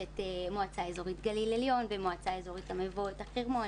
יש את מועצה אזורית גליל עליון ומועצה אזורית מבואות החרמון.